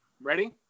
Ready